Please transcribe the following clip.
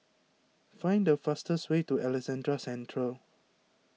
find the fastest way to Alexandra Central